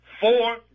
four